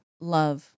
Love